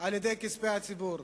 על-ידי כספי הציבור.